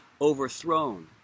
overthrown